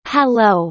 Hello